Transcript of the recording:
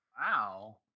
Wow